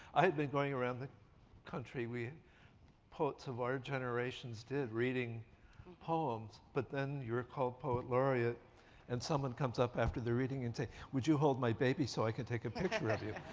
i've been going around the country. we poets of our generations did reading and poems. but then you're called poet laureate and someone comes up after the reading and say, would you hold my baby so i could take a picture of you?